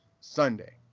Sunday